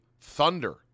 thunder